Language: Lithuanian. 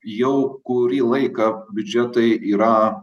jau kurį laiką biudžetai yra